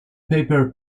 paper